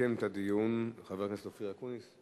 יסכם את הדיון חבר הכנסת אופיר אקוניס,